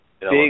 Big